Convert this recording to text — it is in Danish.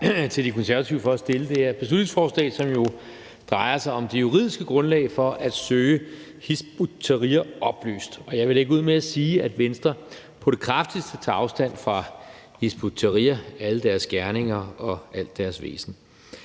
til De Konservative for at fremsætte det her beslutningsforslag, som jo drejer sig om det juridiske grundlag for at søge Hizb ut-Tahrir opløst. Jeg vil lægge ud med at sige, at Venstre på det kraftigste tager afstand fra Hizb ut-Tahrir og alle deres gerninger og al deres væsen.